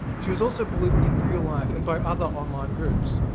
she was also bullied in real life and by other online groups.